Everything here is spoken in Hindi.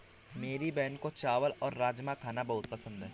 मेरी बहन को चावल और राजमा खाना बहुत पसंद है